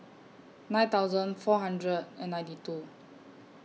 nine thousand four hundred and ninety two